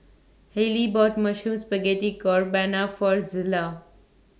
Hailee bought Mushroom Spaghetti Carbonara For Zillah